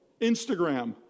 Instagram